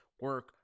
Work